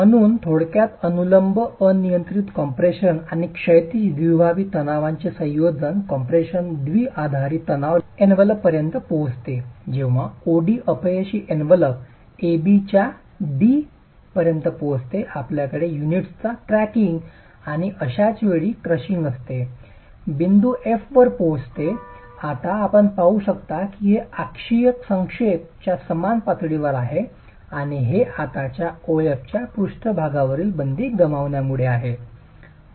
म्हणून थोडक्यात जेव्हा अनुलंब अनियंत्रित कॉम्प्रेशन आणि क्षैतिज द्विभाषी तणावाचे संयोजन कॉम्प्रेशन द्विआधारी तणाव एनवेलोप पर्यंत पोहोचते तेव्हा O D अपयशी एनवेलोप A B च्या D AB पर्यंत पोहोचते आपल्याकडे युनिट्सचा क्रॅकिंग आणि मोर्टारची एकाचवेळी क्रशिंग असते बिंदू F वर पोहोचणे आता आपण पाहू शकता की हे अक्षीय संक्षेप च्या समान पातळीवर आहे आणि हे आताच्या O F ओळीच्या पृष्ठभागावरील बंदी गमावण्यामुळे आहे